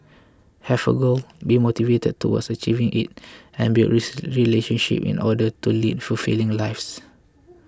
have a goal be motivated towards achieving it and build relationships in order to lead fulfilling lives